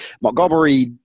Montgomery